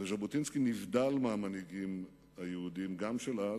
ז'בוטינסקי נבדל מהמנהיגים היהודים, גם של אז,